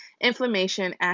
inflammation